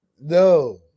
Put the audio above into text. No